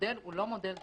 המודל הוא לא מודל דרקוני.